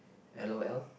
l_o_l